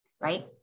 right